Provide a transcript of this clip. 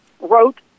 wrote